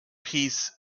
piece